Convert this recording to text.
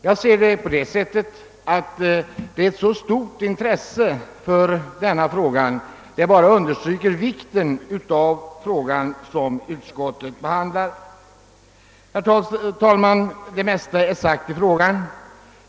Jag uppfattar det som ett bevis för det stora intresset för denna fråga. Herr talman! Det mesta är sagt i frågan.